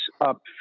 up